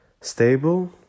stable